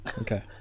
okay